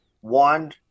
One